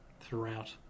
throughout